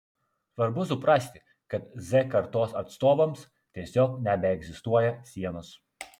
svarbu suprasti kad z kartos atstovams tiesiog nebeegzistuoja sienos